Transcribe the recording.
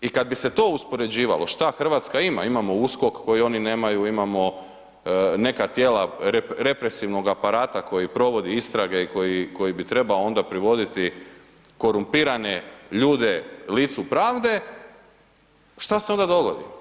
I kada bi se to uspoređivalo šta Hrvatska ima, imamo USKOK koji oni nemaju, imamo neka tijela represivnog aparata koji provodi istrage i koji bi trebao onda privoditi korumpirane ljude licu pravde, šta se onda dogodi?